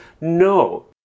no